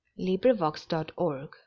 LibriVox.org